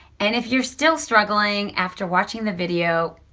and if you're still struggling after watching the video,